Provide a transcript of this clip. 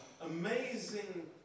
amazing